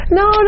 no